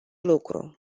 lucru